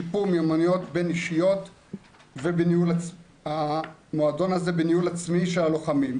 שיפור מיומנויות בין אישיות והמועדון בניהול עצמי של הלוחמים,